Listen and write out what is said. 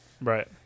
right